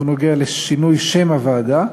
הוא נוגע לשינוי שם הוועדה,